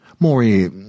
Maury